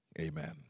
amen